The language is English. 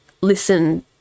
listen